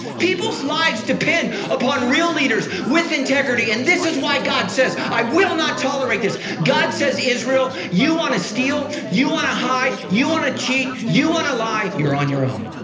people's lives depend upon real leaders with integrity and this is why god says i will not tolerate this. god says to israel, you wanna steal, you wanna hide, you wanna cheat, you wanna lie, you're on your own.